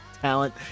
talent